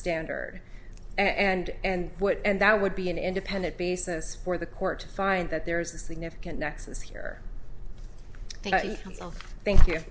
standard and and what and that would be an independent basis for the court find that there is a significant nexus here thank you